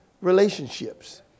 relationships